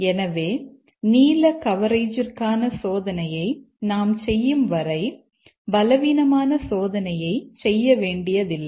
எனவே நீலக் கவரேஜிற்கான சோதனையை நாம் செய்யும் வரை பலவீனமான சோதனையைச் செய்ய வேண்டியதில்லை